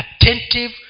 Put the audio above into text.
attentive